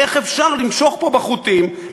איך אפשר למשוך פה בחוטים,